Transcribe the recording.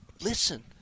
listen